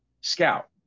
Scout